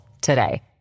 today